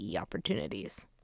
opportunities